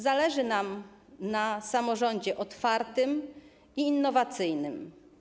Zależy nam na samorządzie otwartym i innowacyjnym.